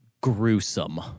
Gruesome